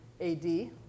AD